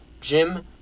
jim